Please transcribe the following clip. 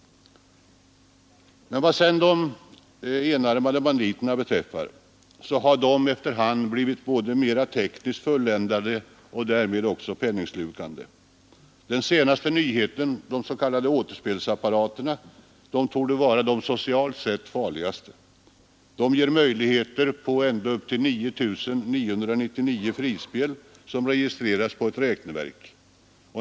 Vad sedan de enarmade banditerna beträffar har de efter hand blivit både mera tekniskt fulländade och därmed också penningslukande. Den senaste nyheten — de s.k. återspelsapparaterna — torde vara de socialt sett farligaste. De ger möjligheter till ända upp till 9 999 frispel, som registreras på ett räkneverk.